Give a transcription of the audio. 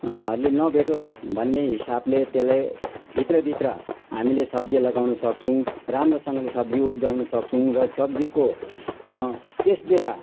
ले नभेटोस् भन्ने हिसाबले त्यसलाई भित्र भित्र हामीले सब्जी लगाउनु सक्छौँ राम्रोसँगले सब्जी उब्जाउनु सक्छौँ र सब्जीको त्यस बेला